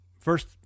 first